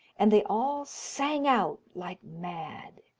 and they all sang out like mad.